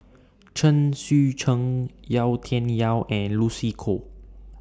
Chen Sucheng Yau Tian Yau and Lucy Koh